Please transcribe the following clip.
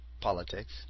politics